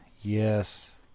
Yes